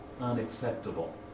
unacceptable